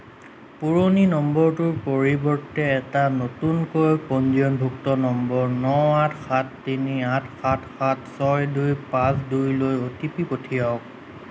পুৰণি নম্বৰটোৰ পৰিৱৰ্তে এটা নতুনকৈ পঞ্জীয়নভুক্ত নম্বৰ ন আঠ সাত তিনি আঠ সাত সাত ছয় দুই পাঁচ দুই লৈ অ' টি পি পঠিয়াওক